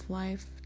life